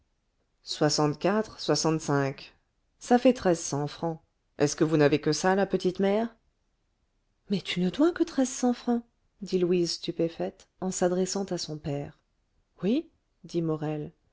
soixante-quatre soixante-cinq ça fait treize cents francs est-ce que vous n'avez que ça la petite mère mais tu ne dois que treize cents francs dit louise stupéfaite en s'adressant à son père oui dit morel